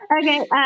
Okay